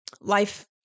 life